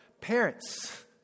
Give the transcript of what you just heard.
parents